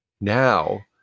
Now